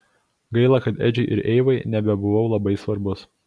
gaila kad edžiui ir eivai nebebuvau labai svarbus